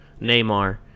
Neymar